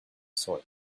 sword